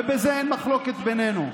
ובזה אין מחלוקת בינינו,